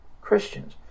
Christians